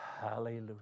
hallelujah